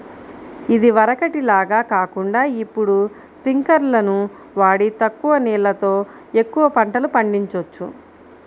ఇదివరకటి లాగా కాకుండా ఇప్పుడు స్పింకర్లును వాడి తక్కువ నీళ్ళతో ఎక్కువ పంటలు పండిచొచ్చు